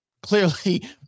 clearly